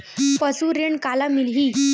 पशु ऋण काला मिलही?